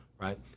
right